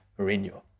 Mourinho